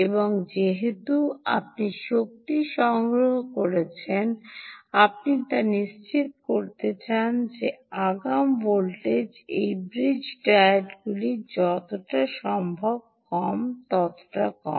এবং যেহেতু আপনি শক্তি সংগ্রহ করছেন আপনি তা নিশ্চিত করতে চান যে আগাম ভোল্টেজ এই ব্রিজের ডায়োডগুলি যতটা সম্ভব কম তত কম